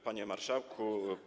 Panie Marszałku!